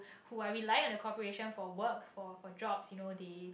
who are relying on the corporation for work for for job you know they they